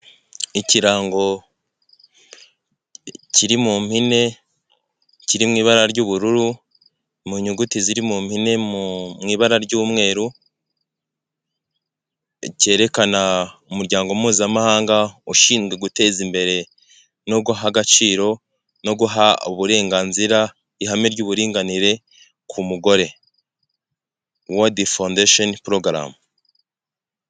Ikirango kiri mu mpine kiri mu ibara ry'ubururu mu nyuguti ziri mu mpine mu ibara ry'umweru, kerekana umuryango mpuzamahanga ushinzwe guteza imbere no guha agaciro no guha uburenganzira ihame ry'uburinganire ku mugore, wodi fondsheni porogaramu.